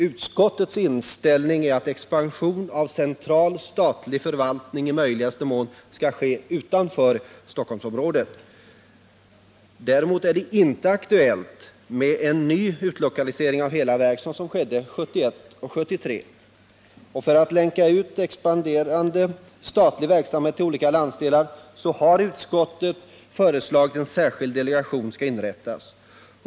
Utskottets inställning är att expansion av central statlig förvaltning i möjligaste mån skall ske utanför Stockholmsområdet. Däremot är det inte aktuellt med en ny utlokalisering av hela verk som skedde 1971 och 1973. För att länka ut expanderande statlig verksamhet till olika landsdelar har utskottet föreslagit att en särskild delegation skall inrättas.